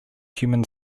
human